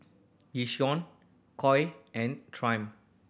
Yishion Koi and Triumph